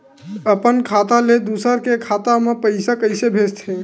अपन खाता ले दुसर के खाता मा पईसा कइसे भेजथे?